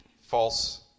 false